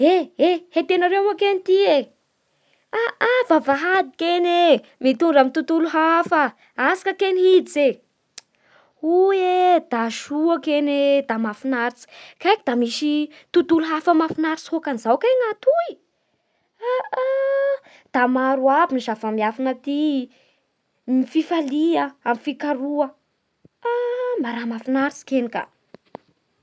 Eh eh, hentenareo moa kegny ty e, haaa vavahady kegny e, mitondra amin'ny tontolo hafa. Atsika kegny hiditsy e. Hoy e, da soa kegny e, da mahafinaritsy. Haiky da misy tontolo hafa mahafinaritsy kay ny atoy. Ha ah, da maro aby ny zava miafina aty, ny fifalia amin'ny fikaroha. Haa, da mahafinaritsy kegny ka.